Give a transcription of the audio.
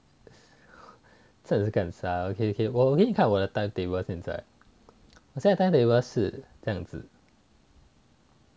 真的是干啥 okay okay 我我给你看我的 timetables 现在现在 timetable 是这样子